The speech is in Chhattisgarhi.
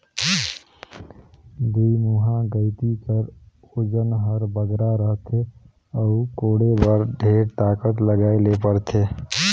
दुईमुहा गइती कर ओजन हर बगरा रहथे अउ कोड़े बर ढेर ताकत लगाए ले परथे